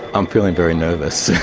i'm feeling very nervous.